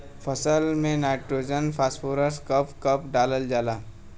फसल में nitrogen phosphorus कब कब डालल जाला?